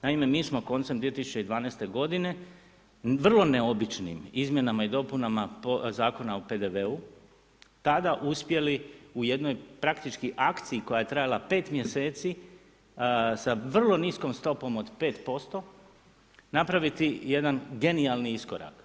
Naime, mi smo koncem 2012. g. vrlo neobičnim, izmjenama i dopunama Zakona o PDV-u, tada uspjeli u jednoj praktičkoj akciji, koja je trajala 5 mj. sa vrlo niskom stopom od 5% napraviti jedan genijalan iskorak.